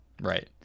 Right